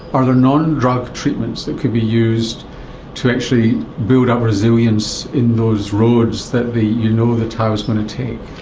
are there non-drug treatments that could be used to actually build up resilience in those roads that you know the tau is going to take?